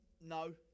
no